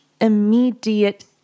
Immediate